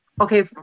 Okay